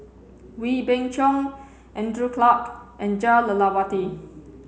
Wee Beng Chong Andrew Clarke and Jah Lelawati